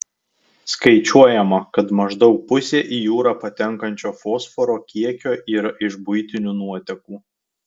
skaičiuojama kad maždaug pusė į jūrą patenkančio fosforo kiekio yra iš buitinių nuotekų